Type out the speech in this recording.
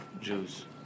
Jews